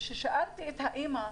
כששאלתי את האימא,